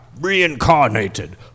reincarnated